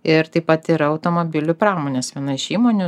ir taip pat yra automobilių pramonės viena iš įmonių